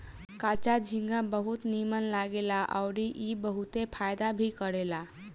कच्चा झींगा बहुत नीमन लागेला अउरी ई बहुते फायदा भी करेला